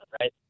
right